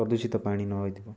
ପ୍ରଦୂଷିତ ପାଣି ନ ହୋଇଥିବ